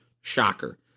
Shocker